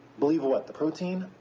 believe what, the protein?